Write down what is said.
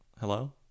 Hello